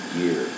year